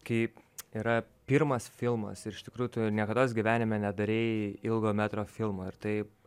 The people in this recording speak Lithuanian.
kaip yra pirmas filmas ir iš tikrųjų tu niekados gyvenime nedarei ilgo metro filmo ir taip